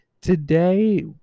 today